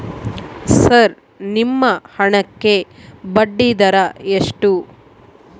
Sir ನಿಮ್ಮ ಹಣಕ್ಕೆ ಬಡ್ಡಿದರ ಎಷ್ಟು?